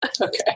Okay